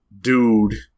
dude